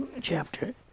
chapter